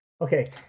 Okay